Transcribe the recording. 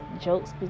jokes